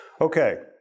Okay